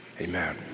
Amen